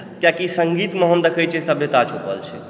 किएकी सङ्गीतमे हम दखै छियै सभ्यता छुपल छै